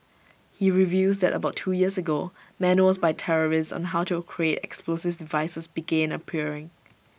he reveals that about two years ago manuals by terrorists on how to create explosive devices began appearing